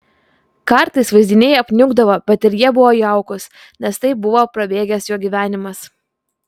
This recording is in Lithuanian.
kartais vaizdiniai apniukdavo bet ir jie buvo jaukūs nes tai buvo prabėgęs jo gyvenimas